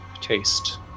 taste